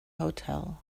hotel